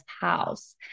house